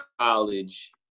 college